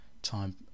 Time